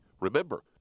Remember